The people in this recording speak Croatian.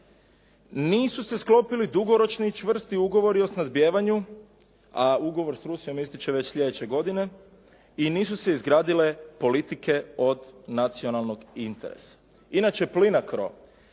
nisu se sklopili dugoročni i čvrsti ugovori o snabdijevanju, a ugovor s Rusijom ističe već sljedeće godine i nisu se izgradile politike od nacionalnog interesa. Inače Plinacro